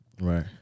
Right